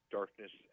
darkness